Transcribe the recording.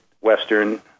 Western